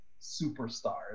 superstar